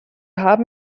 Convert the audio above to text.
haben